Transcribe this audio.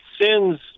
sins